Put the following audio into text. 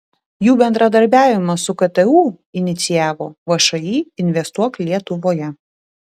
jų bendradarbiavimą su ktu inicijavo všį investuok lietuvoje